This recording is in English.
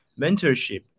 mentorship